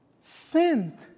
sent